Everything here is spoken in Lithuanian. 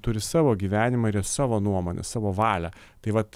turi savo gyvenimą ir jie savo nuomonę savo valią tai vat